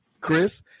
Chris